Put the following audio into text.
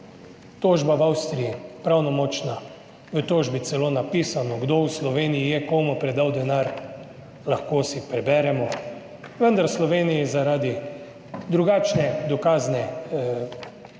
Tožba v Avstriji pravnomočna, v tožbi celo napisano, kdo v Sloveniji je komu predal denar, lahko si preberemo, vendar v Sloveniji zaradi drugačnega dokaznega